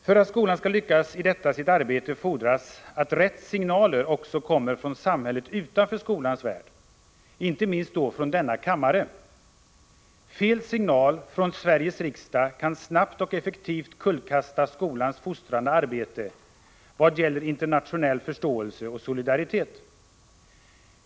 För att skolan skall lyckas i detta sitt arbete fordras att rätt signaler också kommer från samhället utanför skolans värld, inte minst då från denna kammare. Fel signal från Sveriges riksdag kan snabbt och effektivt kullkasta skolans fostrande arbete i vad gäller internationell förståelse och solidaritet.